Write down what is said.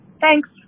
Thanks